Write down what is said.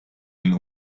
den